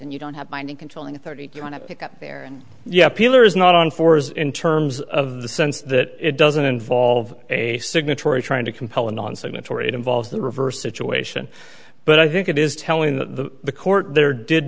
and you don't have binding controlling thirty you want to pick up there and yet peeler is not on fours in terms of the sense that it doesn't involve a signatory trying to compel a non signatory it involves the reverse situation but i think it is telling the the court there did